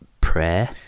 prayer